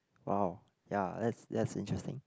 !wow! ya that's that's interesting